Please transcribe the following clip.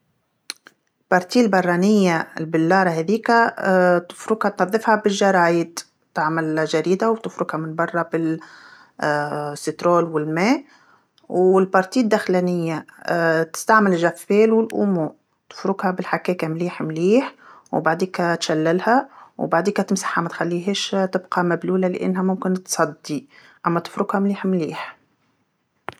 الجزء البرانيه، البلاره هاذيكا تفركها تنظفها بالجرايد، تعمل جريده وتفركها من برا بال- الليمون والما، والجزء الدخلانيه تستعمل ماء الجافيل ومسحوق الغسيل، تفركها بالحكاكه مليح مليح وبعديكا تشللها وبعديكا تمسحها ما تخليهاش تبقى مبلوله لأنها ممكن تصدي، أما تفركها مليح مليح.